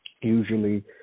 usually